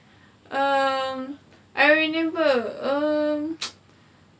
um I remember um